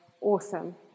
awesome